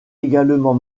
également